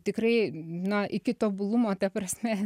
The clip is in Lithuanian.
tikrai na iki tobulumo ta prasme